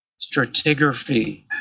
stratigraphy